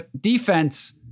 defense